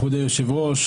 כבוד היושב-ראש,